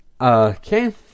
okay